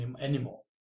anymore